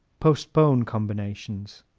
postpone combinations